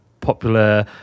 popular